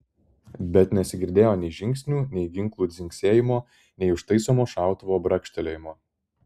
bet nesigirdėjo nei žingsnių nei ginklų dzingsėjimo nei užtaisomo šautuvo brakštelėjimo